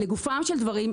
לגופם של דברים,